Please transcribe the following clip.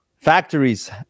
Factories